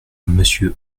monsieur